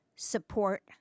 support